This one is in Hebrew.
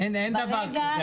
אין דבר כזה,